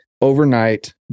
overnight